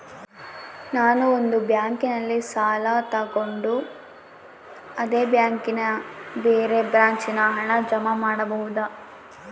ನಾನು ಒಂದು ಬ್ಯಾಂಕಿನಲ್ಲಿ ಸಾಲ ತಗೊಂಡು ಅದೇ ಬ್ಯಾಂಕಿನ ಬೇರೆ ಬ್ರಾಂಚಿನಲ್ಲಿ ಹಣ ಜಮಾ ಮಾಡಬೋದ?